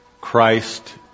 Christ